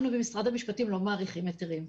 אנחנו במשרד המשפטים לא מאריכים היתרים.